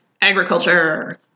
agriculture